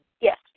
yes